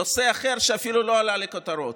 נושא אחר שאפילו לא עלה לכותרות.